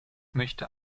möchte